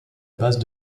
base